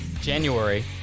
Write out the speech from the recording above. January